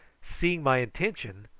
seeing my intention,